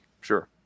sure